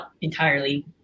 entirely